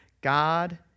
God